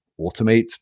automate